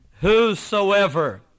whosoever